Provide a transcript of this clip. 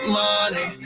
money